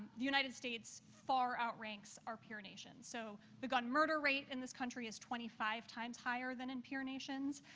the united states far outranks our peer nations. so the gun-murder rate in this country is twenty five times higher than in peer nations.